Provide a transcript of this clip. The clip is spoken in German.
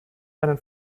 einen